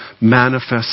manifest